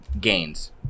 gains